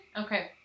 Okay